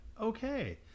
Okay